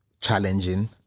challenging